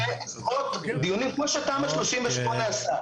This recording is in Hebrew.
דיונים כמו שתמ"א 38 עשה.